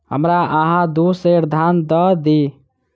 हमरा अहाँ दू सेर धान दअ दिअ